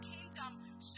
kingdom